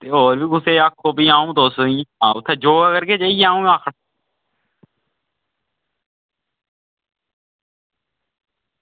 होर बी आक्खो कुसै गी अं'ऊ तुस उत्थें योगा करगे अं'ऊ अस